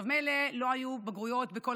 מילא אם לא היו בגרויות בכל